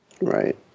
Right